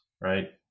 right